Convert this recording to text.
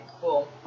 cool